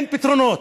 אין פתרונות.